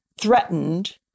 threatened